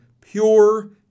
pure